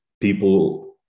people